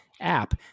app